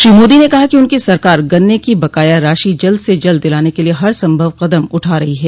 श्री मोदी ने कहा कि उनकी सरकार गन्ने की बकाया राशि जल्द से जल्द दिलाने के लिए हर संभव कदम उठा रही है